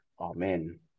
Amen